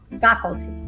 Faculty